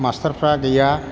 मास्टारफ्रा गैया